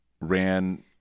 ran